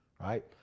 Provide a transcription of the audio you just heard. right